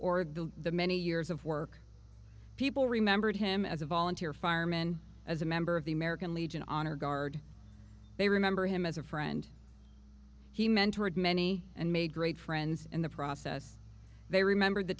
the the many years of work people remembered him as a volunteer fireman as a member of the american legion honor guard they remember him as a friend he mentored many and made great friends in the process they remembered the